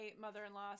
mother-in-law